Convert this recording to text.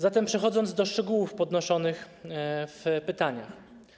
Zatem przechodzę do szczegółów podnoszonych w pytaniach.